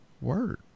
Word